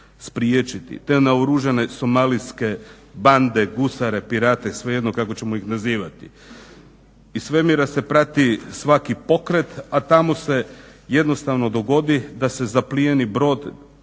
te naoružane somalijske bande, gusare, pirate svejedno kako ćemo ih nazivati. Iz svemira se prati svaki pokret, a tamo se jednostavno dogodi da se zaplijeni brod